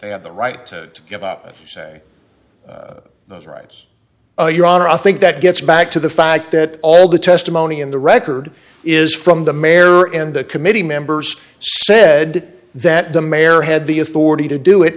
they have the right to give up say those rights your honor i think that gets back to the fact that all the testimony in the record is from the mayor and the committee members said that the mayor had the authority to do it